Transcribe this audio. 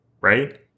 right